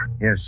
Yes